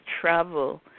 travel